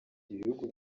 ibihugu